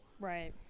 right